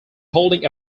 holding